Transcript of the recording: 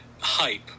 hype